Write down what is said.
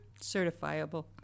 certifiable